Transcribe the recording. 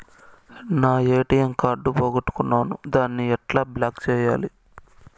నా ATM card పోగొట్టుకున్నాను, దాన్ని ఎట్లా బ్లాక్ సేయాలి?